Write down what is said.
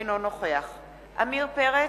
אינו נוכח עמיר פרץ,